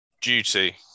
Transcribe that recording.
Duty